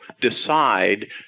decide